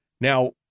Now